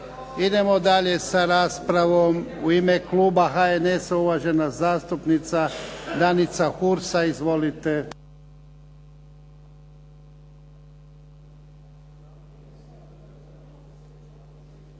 Idemo dalje sa raspravom. U ime kluba HNS-a, uvažena zastupnica Danica Hursa. Izvolite.